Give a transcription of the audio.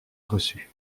reçu